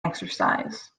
exercise